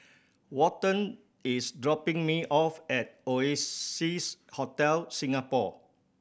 Walton is dropping me off at Hotel Singapore